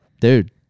dude